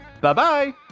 Bye-bye